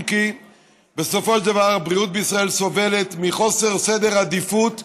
אם כי בסופו של דבר הבריאות בישראל סובלת מחוסר סדר עדיפויות